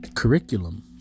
Curriculum